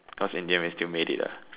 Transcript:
cause in the end we still made it ah